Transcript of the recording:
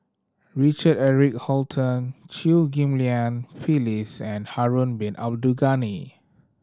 Richard Eric Holttum Chew Ghim Lian Phyllis and Harun Bin Abdul Ghani